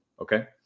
okay